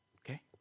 Okay